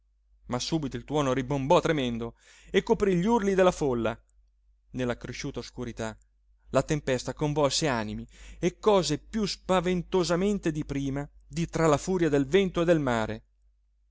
ma subito il tuono rimbombò tremendo e coprí gli urli della folla nella cresciuta oscurità la tempesta convolse animi e cose piú spaventosamente di prima di tra la furia del vento e del mare